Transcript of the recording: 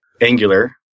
Angular